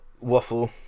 waffle